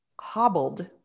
hobbled